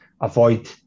avoid